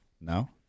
No